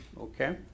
okay